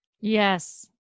Yes